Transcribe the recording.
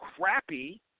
crappy –